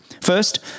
First